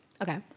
Okay